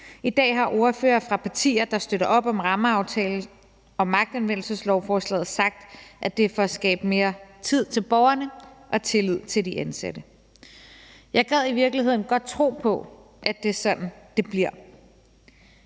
I dag har ordførere fra partier, der støtter op om rammeaftale om magtanvendelseslovforslaget sagt, at det er for at skabe mere tid til borgerne og tillid til de ansatte. Jeg gad i virkeligheden godt tro på, at det er sådan, det bliver,